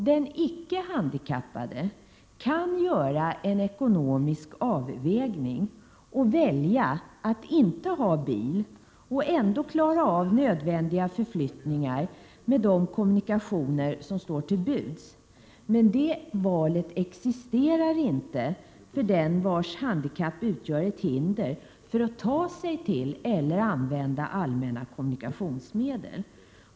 Den icke handikappade kan göra en ekonomisk avvägning och välja att inte ha bil och ändå klara av nödvändiga förflyttningar med de kommunikationer som står till buds. Men det valet existerar inte för den vars handikapp utgör ett hinder för att ta sig till eller använda allmänna kommunikationsmedel.